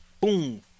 Boom